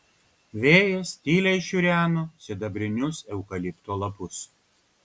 vėjas tyliai šiureno sidabrinius eukalipto lapus